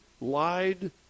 lied